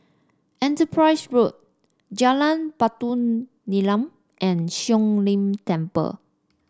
Enterprise Road Jalan Batu Nilam and Siong Lim Temple